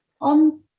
On